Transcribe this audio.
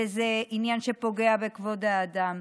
וזה עניין שפוגע בכבוד האדם.